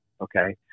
okay